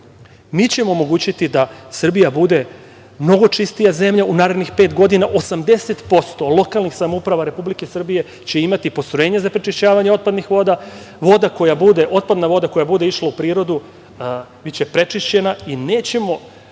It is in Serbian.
ćemo omogućiti da Srbija bude mnogo čistija zemlja u narednih pet godina. Osamdeset posto lokalnih samouprava Republike Srbije će imati postrojenja za prečišćavanje otpadnih voda. Otpadna voda koja bude išla u prirodu biće prečišćena i nećemo